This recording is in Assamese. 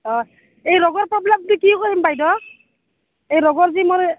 অঁ এই ৰোগৰ প্ৰব্লেমটো কি কৰিম বাইদেউ এই ৰোগৰ যে মোৰ